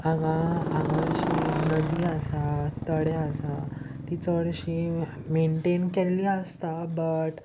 हांगा हांगा अशी नदी आसा तळें आसा तीं चडशी मेन्टेन केल्ली आसता बट